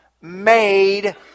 made